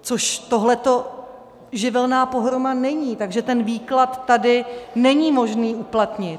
Což tohle to živelní pohroma není, takže ten výklad tady není možné uplatnit.